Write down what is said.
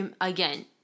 Again